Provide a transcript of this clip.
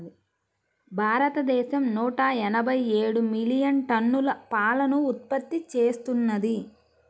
భారతదేశం నూట ఎనభై ఏడు మిలియన్ టన్నుల పాలను ఉత్పత్తి చేస్తున్నది